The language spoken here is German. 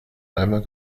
einmal